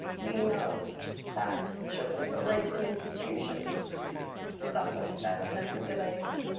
we know that children who are raised in institutions suffer developmental delays,